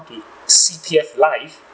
to C_P_F life